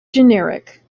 generic